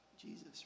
Jesus